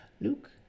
Luke